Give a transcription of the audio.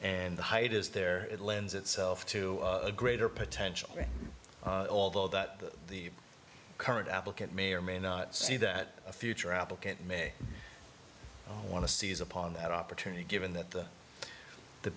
and the height is there it lends itself to a greater potential although that the current applicant may or may not see that a future applicant may want to seize upon that opportunity given that the